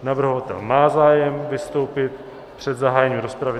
Navrhovatel má zájem vystoupit před zahájením rozpravy.